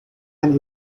and